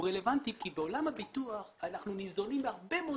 הוא רלוונטי כי בעולם הביטוח אנחנו ניזונים מהרבה מאוד